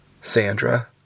Sandra